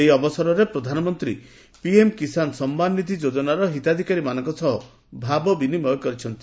ଏହି ଅବସରରେ ପ୍ରଧାନମନ୍ତ୍ରୀ ପିଏମ୍ କିଷାନ ସମ୍ମାନ ନିଧି ଯୋଜନାର ହିତାଧିକାରୀମାନଙ୍କ ସହ ଭାବ ବିନିମୟ କରିଛନ୍ତି